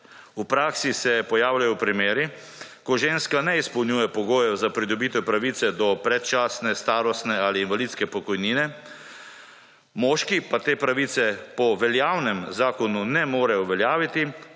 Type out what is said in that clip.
V praksi se pojavljajo primeri, ko ženska ne izpolnjuje pogojev za pridobitev pravice do predčasne starostne ali invalidske pokojnine, moški pa te pravice po veljavnem zakonu ne more uveljaviti,